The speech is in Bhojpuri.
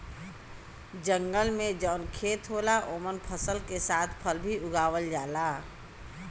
जंगल में जौन खेत होला ओमन फसल के साथ फल भी उगावल जाला